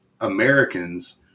Americans